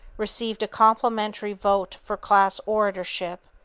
received a complimentary vote for class oratorship,